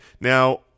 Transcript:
Now